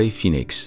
Phoenix